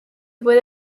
puede